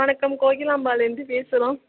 வணக்கம் கோகிலாம்பாலேர்ந்து பேசுகிறோம்